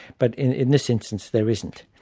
but in in this instance, there isn't.